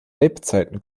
lebzeiten